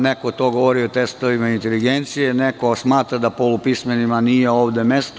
Neko je to govorio o testovima inteligencije, neko smatra da polupismenima nije ovde mesto.